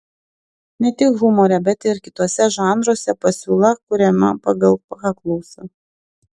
ne tik humore bet ir kituose žanruose pasiūla kuriama pagal paklausą